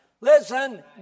Listen